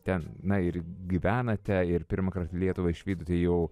ten na ir gyvenate ir pirmąkart lietuvą išvydote jau